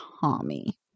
Tommy